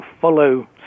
follow